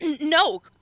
No